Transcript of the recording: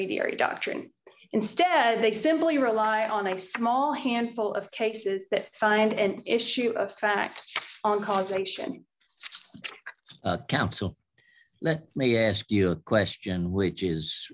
read doctrine instead they simply rely on a small handful of cases that find and issue a fact on causation council let me ask you a question which is